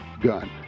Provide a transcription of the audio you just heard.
Gun